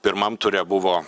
pirmam ture buvo